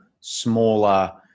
smaller